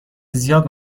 زیاد